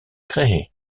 créée